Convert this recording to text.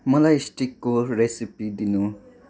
मलाई स्टिकको रेसिपी दिनु